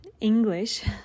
English